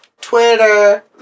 Twitter